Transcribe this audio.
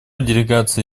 делегации